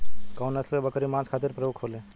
कउन नस्ल के बकरी मांस खातिर प्रमुख होले?